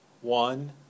one